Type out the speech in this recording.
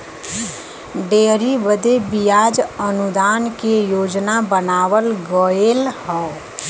dairy बदे बियाज अनुदान के योजना बनावल गएल हौ